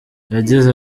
yagize